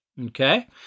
Okay